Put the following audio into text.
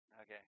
Okay